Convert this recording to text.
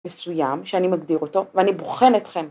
מסוים שאני מגדיר אותו ואני בוחן אתכם